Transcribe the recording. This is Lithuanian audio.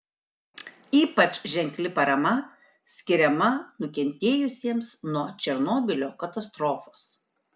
ypač ženkli parama skiriama nukentėjusiems nuo černobylio katastrofos